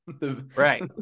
Right